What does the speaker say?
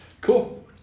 Cool